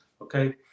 Okay